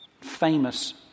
famous